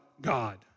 God